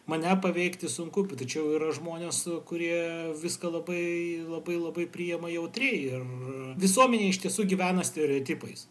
mane paveikti sunku tačiau yra žmonės kurie viską labai labai labai priema jautriai ir visuomenė iš tiesų gyvena stereotipais